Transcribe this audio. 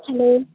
hello